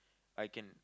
I can